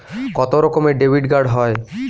কত রকমের ডেবিটকার্ড হয়?